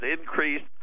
increased